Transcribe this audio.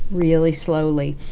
really slowly